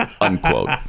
unquote